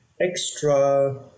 extra